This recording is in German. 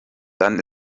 dann